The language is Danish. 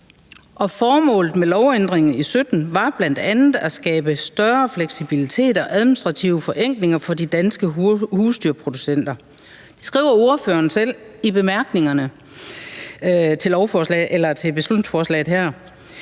Formålet med lovændringen i 2017 var bl.a. at skabe større fleksibilitet og administrative forenklinger for de danske husdyrproducenter. Det skriver forslagsstillerne selv i bemærkningerne til beslutningsforslaget her.